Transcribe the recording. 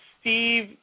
Steve